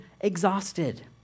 exhausted